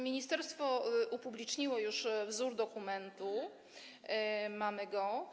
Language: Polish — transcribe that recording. Ministerstwo upubliczniło już wzór dokumentu, mamy go.